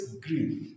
grief